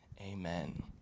Amen